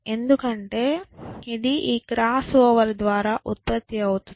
ఎందుకంటే ఇది ఈ క్రాస్ ఓవర్ ద్వారా ఉత్పత్తి అవుతుంది